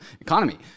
economy